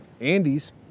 Andes